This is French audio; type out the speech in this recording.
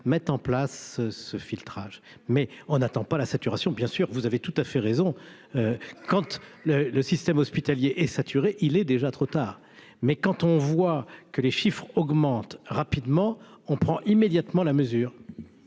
mettent en place ce filtrage, mais on n'attend pas la saturation, bien sûr, vous avez tout à fait raison Kant le le système hospitalier est saturé, il est déjà trop tard, mais quand on voit que les chiffres augmentent rapidement, on prend immédiatement la mesure.